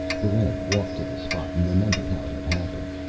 barrent walked to the spot and remembered how it had happened.